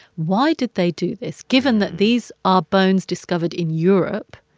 why did they do this, given that these are bones discovered in europe?